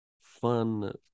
fun